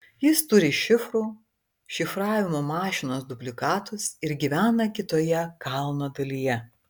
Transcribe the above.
jis turi šifrų šifravimo mašinos dublikatus ir gyvena kitoje kalno dalyje